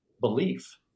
Belief